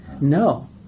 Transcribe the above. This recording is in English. No